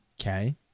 Okay